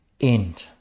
end